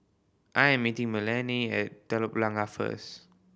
I am meeting Melanie at Telok Blangah first